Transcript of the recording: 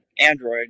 Android